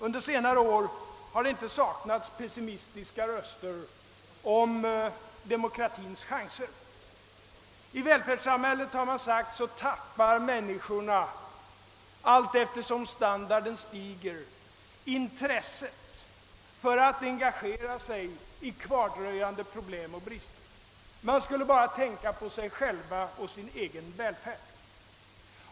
Under senare år har det inte saknats pessimistiska röster om demokratins chanser. Det har sagts att människorna i välfärdssamhället allteftersom standarden stiger tappar intresset för att engagera sig i kvardröjande problem och brister. Man skulle bara tänka på sig själv och sin egen välfärd.